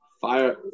fire